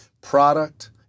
product